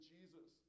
Jesus